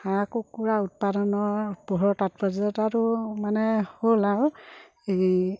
হাঁহ কুকুৰা উৎপাদনৰ পোহাৰ তাৎপৰ্যতাটো মানে হ'ল আৰু এই